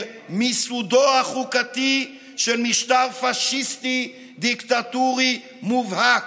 מיסודו החוקתי של משטר פשיסטי דיקטטורי מובהק.